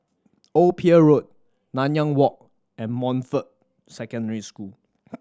Old Pier Road Nanyang Walk and Montfort Secondary School